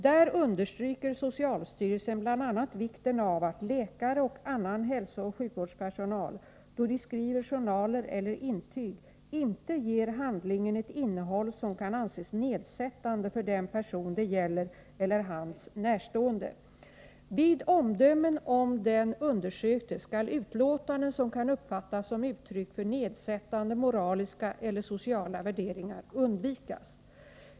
Där understryker socialstyrelsen bl.a. vikten av att läkare och annan hälsooch sjukvårdspersonal — då de skriver journaler eller intyg — inte ger handlingen ett innehåll som kan anses nedsättande för den person det gäller eller hans närstående. Vid omdömen om den undersökte skall utlåtanden, som kan uppfattas som uttryck för nedsättande moraliska eller sociala värderingar, undvikas.